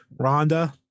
Rhonda